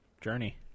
Journey